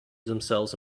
themselves